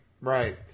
right